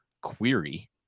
query